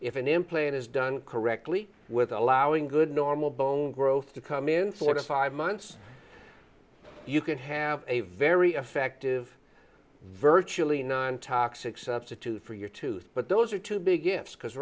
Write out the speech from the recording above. if an implant is done correctly with allowing good normal bone growth to come in four to five months you can have a very effective virtually non toxic substitute for your tooth but those are two big ifs because